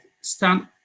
stand